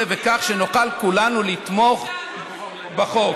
כך נוכל כולנו לתמוך בחוק.